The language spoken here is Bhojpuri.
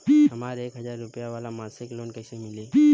हमरा एक हज़ार रुपया वाला मासिक लोन कईसे मिली?